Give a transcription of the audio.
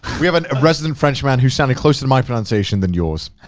we have and a resident french man, who sounded closer to my pronunciation than yours.